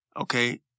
okay